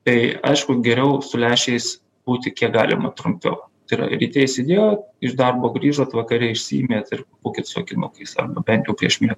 tai aišku geriau su lęšiais būti kiek galima trumpiau tai yra ryte įsidėjot iš darbo grįžot vakare išsiimėt ir būkit su akinukais arba bent jau prieš miegą